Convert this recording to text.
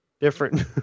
different